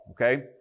okay